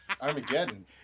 Armageddon